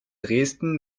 dresden